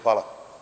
Hvala.